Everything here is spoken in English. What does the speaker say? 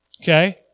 Okay